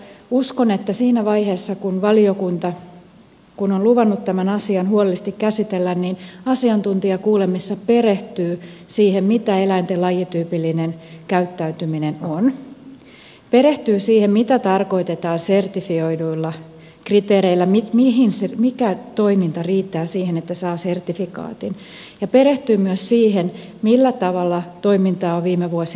uskon että siinä vaiheessa kun valiokunta on luvannut tämän asian huolellisesti käsitellä niin se asiantuntijakuulemisessa perehtyy siihen mitä eläinten lajityypillinen käyttäytyminen on perehtyy siihen mitä tarkoitetaan sertifioiduilla kriteereillä mikä toiminta riittää siihen että saa sertifikaatin ja perehtyy myös siihen millä tavalla toimintaa on viime vuosina parannettu